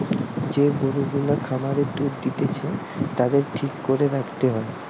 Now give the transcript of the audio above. যে গরু গুলা খামারে দুধ দিতেছে তাদের ঠিক করে রাখতে হয়